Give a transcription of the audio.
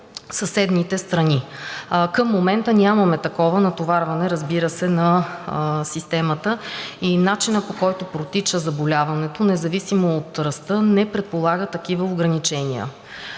съседните страни. Към момента нямаме такова натоварване, разбира се, на системата и начинът, по който протича заболяването, независимо от ръста не предполага такива ограничения.